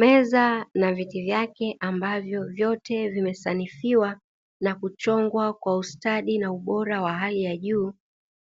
Meza na viti vyake ambavyo vyote vimesanifiwa na kuchongwa kwa ustadi na ubora wa hali ya juu,